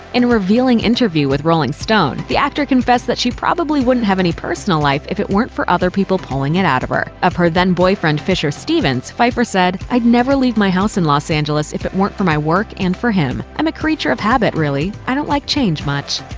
in a revealing interview with rolling stone, the actor confessed that she probably wouldn't have any personal life if it weren't for other people pulling it out of her. of her then-boyfriend fisher stevens, pfeiffer said, i'd never leave my house in los angeles if it weren't for my work and for him. i'm a creature of habit, really i don't like change much.